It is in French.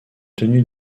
tenu